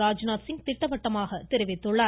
ராஜ்நாத் சிங் திட்டவட்டமாக தெரிவித்துள்ளார்